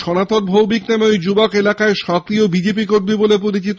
সনাতন ভৌমিক নামে ঐ যুবক এলাকায় সক্রিয় বিজেপি কর্মী বলে পরিচিত